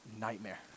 nightmare